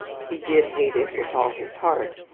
he did hate it with all his heart,